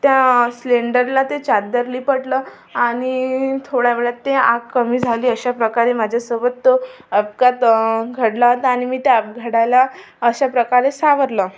त्या सिलेंडरला ते चादर लपेटलं आणि थोड्या वेळात ते आग कमी झाली अशा प्रकारे माझ्यासोबत तो अपघात घडला होता आणि मी त्या अपघाताला अशाप्रकारे सावरलं